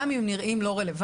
גם אם נראים לא רלוונטיים,